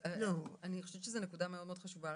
אני חושבת שזו נקודה מאוד מאוד חשובה.